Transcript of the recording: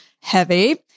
heavy